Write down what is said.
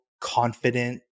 confident